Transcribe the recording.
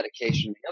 medication